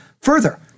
Further